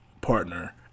partner